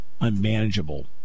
unmanageable